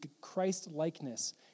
Christ-likeness